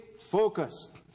focus